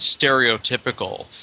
stereotypical